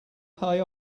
pay